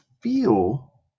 feel